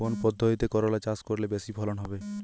কোন পদ্ধতিতে করলা চাষ করলে বেশি ফলন হবে?